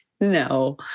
no